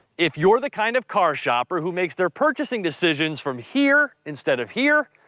if you're the kind of car shopper who makes their purchasing decisions from here instead of here,